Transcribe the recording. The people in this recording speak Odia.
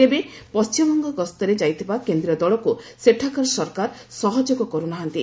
ତେବେ ପଶ୍ଚିମବଙ୍ଗ ଗସ୍ତରେ ଯାଇଥିବା କେନ୍ଦ୍ରୀୟ ଦଳକୁ ସେଠାକାର ସରକାର ସହଯୋଗ କରୁ ନାହାନ୍ତି